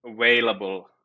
available